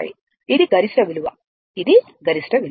ఇది గరిష్ట విలువ ఇది గరిష్ట విలువ